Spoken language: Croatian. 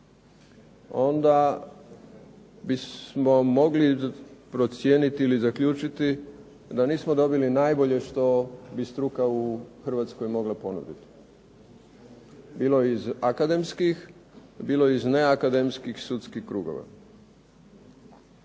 onda bismo mogli procijeniti ili zaključiti da nismo dobili najbolje što bi struka u Hrvatskoj mogla ponuditi, bilo iz akademskih, bilo iz neakademskih sudskih krugova.